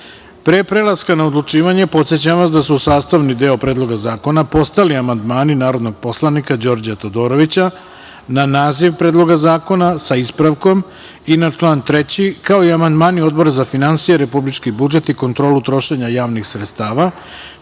prelaska na odlučivanje, podsećam vas da su sastavni deo Predloga zakona postali amandmani narodnog poslanika Đorđa Todorovića, na naziv Predloga zakona, sa ispravkom, i na član 3, kao i amandmani Odbora za finansije, republički budžet i kontrolu trošenja javnih sredstava,